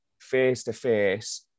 face-to-face